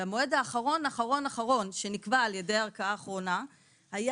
והמועד האחרון שנקבע על ידי הערכאה האחרונה היה